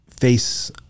face